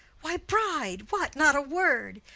why, bride! what, not a word?